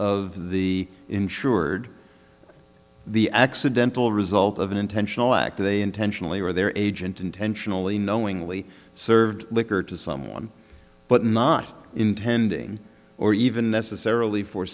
of the insured the accidental result of an intentional act they intentionally or their agent intentionally knowingly served liquor to someone but not intending or even necessarily for